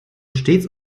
stets